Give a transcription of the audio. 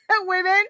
women